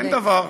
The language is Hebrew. אין דבר.